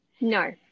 No